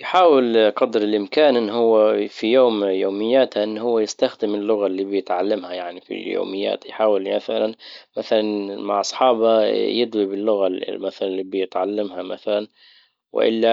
يحاول قدر الامكان ان هو في يوم يومياته ان هو يستخدم اللغة اللي بيتعلمها يعني في يومياته. يحاول مثلا مع اصحابه يدوي باللغة مثلا اللي بيتعلمها مثلا والا